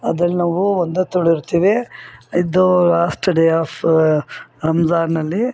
ಅದ್ರಲ್ಲಿ ನಾವು ಒಂದೊತ್ತುಗಳಿರ್ತಿವಿ ಇದ್ದು ಲಾಸ್ಟ್ ಡೇ ಆಫ್ ರಂಝಾನಲ್ಲಿ